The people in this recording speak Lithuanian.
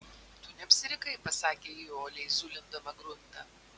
tu neapsirikai pasakė ji uoliai zulindama gruntą